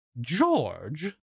George